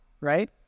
right